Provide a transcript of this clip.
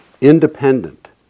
independent